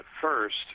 first